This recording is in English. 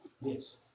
Yes